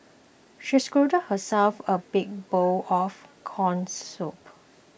she scooped herself a big bowl of Corn Soup